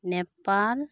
Nepal